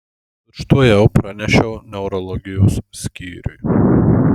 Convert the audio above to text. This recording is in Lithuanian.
tučtuojau pranešiau neurologijos skyriui